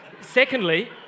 secondly